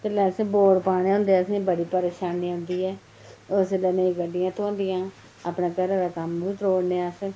जेल्लै असें वोट पाने होंदे असेंगी बड़ी परेशानी औंदी ऐ उसलै नेईं गड्डियां थ्होंदियां अपने घरै दा कम्म बी त्रोड़ने आं अस